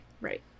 right